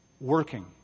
working